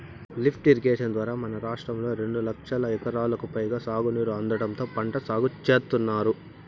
lift irrigation ద్వారా మన రాష్ట్రంలో రెండు లక్షల ఎకరాలకు పైగా సాగునీరు అందడంతో పంట సాగు చేత్తున్నారు